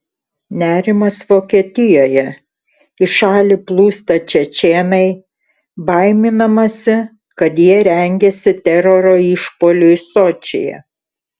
nerimas vokietijoje į šalį plūsta čečėnai baiminamasi kad jie rengiasi teroro išpuoliui sočyje